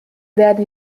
werden